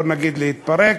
לא נגיד להתפרק,